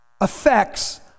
effects